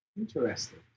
Interesting